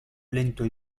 lento